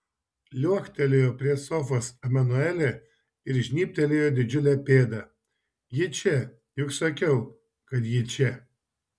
liuoktelėjo prie sofos emanuelė ir žnybtelėjo didžiulę pėdą ji čia juk sakiau kad ji čia